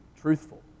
truthful